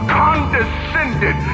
condescended